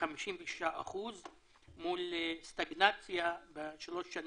ב-56% מול סטגנציה בשלוש השנים